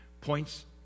points